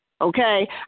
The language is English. Okay